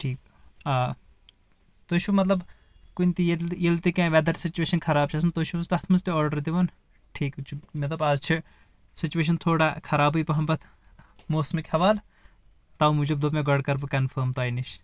ٹھیٖک آ تُہۍ چھِو مطلب کُنہِ تہِ ییٚلہِ ییٚلہِ تہِ کانٛہہ وٮ۪در سُچویشن خراب چھِ آسان تُہۍ چھو تتھ منٛز تہِ آرڈر دِوان ٹھیٖک حظ چھُ مےٚ دوٚپ آز چھ سُچویشن تھوڑا خرابٕے پہمت موسمٕکۍ حوالہ تو موٗجوٗب دوٚپ مےٚ گۄڈٕ کرٕ بہٕ کنفرٕم تۄہہِ نِش